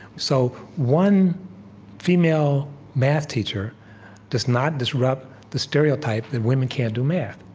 so, one female math teacher does not disrupt the stereotype that women can't do math.